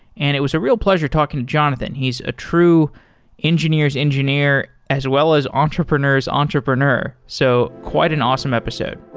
and it was a real pleasure talking to jonathan. he's a true engineer s engineer as well as entrepreneur s entrepreneur. so, quite an awesome episode.